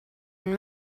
and